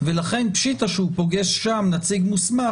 ולכן פשיטא שהוא פוגש שם נציג מוסמך